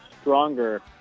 stronger